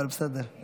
אבל בסדר.